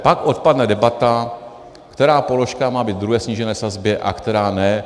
Pak odpadne debata, která položka má být ve druhé snížené sazbě a která ne.